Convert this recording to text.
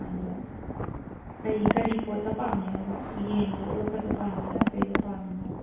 ꯑꯗꯨ ꯀꯔꯤ ꯀꯔꯤ ꯄꯣꯠꯇ ꯄꯥꯝꯃꯤꯅꯣꯕ ꯌꯦꯟꯒ ꯑꯣꯛꯀꯗ ꯄꯥꯝꯃꯤꯔꯥ ꯀꯔꯤꯗ ꯄꯥꯝꯃꯤꯅꯣ